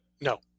No